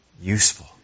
useful